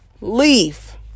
leave